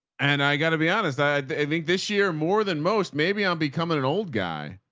and i gotta be honest. i i think this year more than most, maybe i'm becoming an old guy,